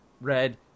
red